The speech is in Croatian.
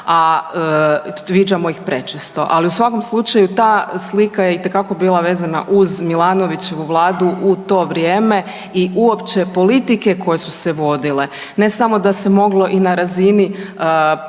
a viđamo ih prečesto. Ali u svakom slučaju ta slika je itekako bila vezna uz Milanovićevu vladu u to vrijeme i uopće politike koje su se vodile. Ne samo da se moglo i na razini premijerske